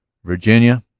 virginia,